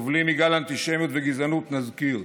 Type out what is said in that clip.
הסובלים מגל אנטישמיות וגזענות נזכיר: